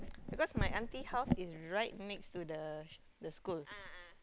because my auntie house is right next to the the school